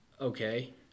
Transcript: Okay